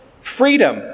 Freedom